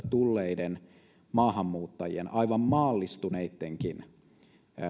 tulleiden maahanmuuttajien aivan maallistuneittenkin